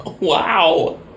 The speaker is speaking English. Wow